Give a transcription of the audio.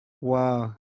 Wow